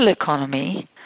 economy